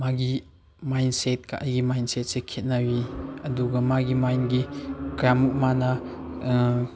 ꯃꯥꯒꯤ ꯃꯥꯏꯟꯁꯦꯠꯀ ꯑꯩꯒꯤ ꯃꯥꯏꯟꯁꯦꯠꯁꯦ ꯈꯦꯅꯩ ꯑꯗꯨꯒ ꯃꯥꯒꯤ ꯃꯥꯏꯟꯒꯤ ꯀꯌꯥꯝꯃꯨꯛ ꯃꯥꯅ